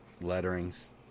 letterings